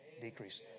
decrease